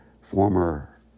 former